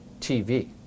TV